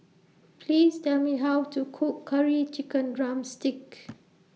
Please Tell Me How to Cook Curry Chicken Drumstick